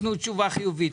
תתנו לו תשובה חיובית.